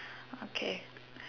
okay